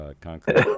concrete